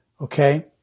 Okay